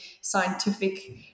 scientific